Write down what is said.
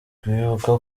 kwibuka